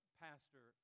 pastor